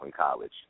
college